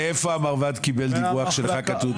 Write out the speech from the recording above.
מאיפה המרב"ד קיבל דיווח שלך קטעו?